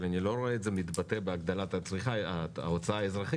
אבל אני לא רואה את זה בא לידי ביטוי בהגדלת ההוצאה האזרחית.